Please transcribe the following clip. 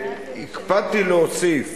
הקפדתי להוסיף